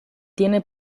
tiene